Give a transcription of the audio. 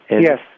Yes